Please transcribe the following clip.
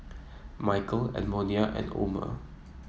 Mykel Edmonia and Omer